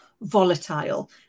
volatile